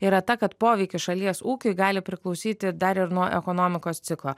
yra ta kad poveikis šalies ūkiui gali priklausyti dar ir nuo ekonomikos ciklo